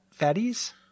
fatties